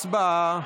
הצבעה.